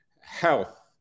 health